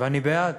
ואני בעד,